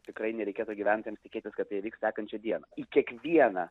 tikrai nereikėtų gyventojams tikėtis kad tai įvyks sekančią dieną į kiekvieną